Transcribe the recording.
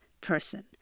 person